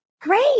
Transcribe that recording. great